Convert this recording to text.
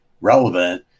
relevant